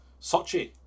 Sochi